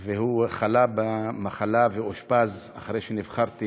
והוא חלה במחלה ואושפז אחרי שנבחרתי